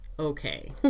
okay